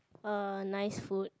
uh nice food